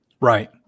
Right